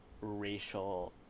racial